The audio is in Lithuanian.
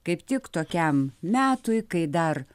kaip tik tokiam metui kai dar